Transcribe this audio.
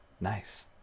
nice